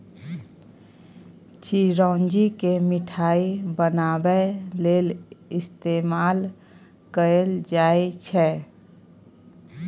चिरौंजी केँ मिठाई बनाबै लेल इस्तेमाल कएल जाई छै